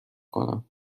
کنم